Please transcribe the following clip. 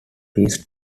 his